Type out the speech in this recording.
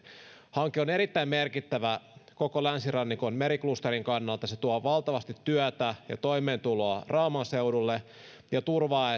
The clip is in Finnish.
hanke on erittäin merkittävä koko länsirannikon meriklusterin kannalta se tuo valtavasti työtä ja toimeentuloa rauman seudulle ja turvaa